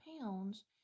pounds